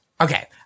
okay